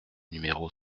numéro